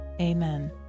Amen